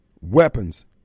weapons